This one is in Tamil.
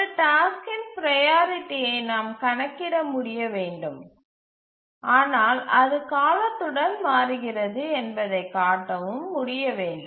ஒரு டாஸ்க்கின் ப்ரையாரிட்டியை நாம் கணக்கிட முடிய வேண்டும் ஆனால் அது காலத்துடன் மாறுகிறது என்பதைக் காட்டவும் முடிய வேண்டும்